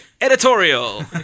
editorial